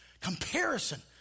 Comparison